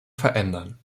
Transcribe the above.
verändern